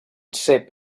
cep